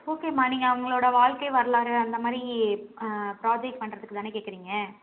ஓகேம்மா நீங்கள் அவங்களோட வாழ்க்கை வரலாறு அந்தமாதிரி ப்ராஜெக்ட் பண்ணுறதுக்கு தானே கேட்கறீங்க